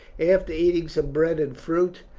after eating some bread and fruit,